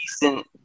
decent